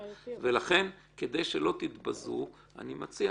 ולכן, כדי שלא תתבזו, אני מציע